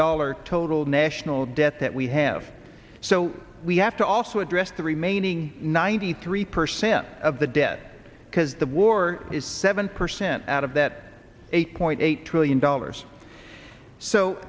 dollar total national debt that we have so we have to also address the remaining ninety three percent of the debt because the war is seven percent out of that eight point eight trillion dollars so